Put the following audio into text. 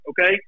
okay